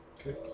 Okay